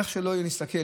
איך שלא נסתכל,